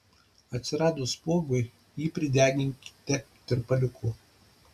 atsiradus spuogui jį prideginkite tirpaliuku